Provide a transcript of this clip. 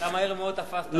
אתה מהר מאוד תפסת.